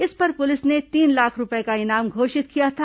इस पर पुलिस ने तीन लाख रूपये का इनाम घोषित किया था